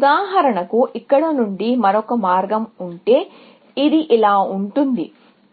ఉదాహరణకు ఇక్కడ నుండి మరొక మార్గం ఉంటే ఇది ఇలా ఉంటుంది